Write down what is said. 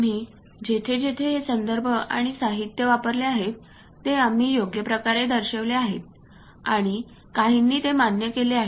आम्ही जेथे जेथे हे संदर्भ आणि साहित्य वापरले आहेत ते आम्ही योग्यप्रकारे दर्शविले आहेत आणि काहींनी ते मान्य केले आहे